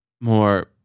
more